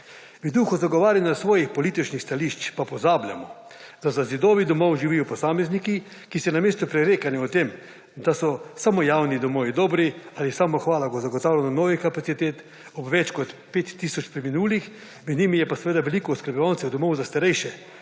V duhu zagovarjanja svojih političnih stališč pa pozabljamo, da za zidovi domov živijo posamezniki, ki si namesto prerekanja o tem, da so samo javni domovi dobri ali samohvala o zagotavljanju novih kapacitet ob več kot 5 tisoč preminulih, med njimi je pa seveda veliko oskrbovalcev domov za starejše,